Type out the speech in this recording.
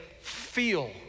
feel